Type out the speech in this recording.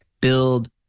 build